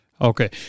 Okay